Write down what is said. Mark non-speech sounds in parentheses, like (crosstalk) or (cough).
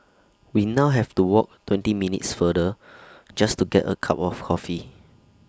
we now have to walk twenty minutes farther (noise) just to get A cup of coffee